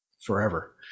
forever